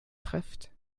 trifft